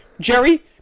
Jerry